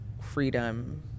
freedom